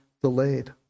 delayed